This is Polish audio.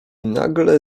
nagle